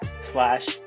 slash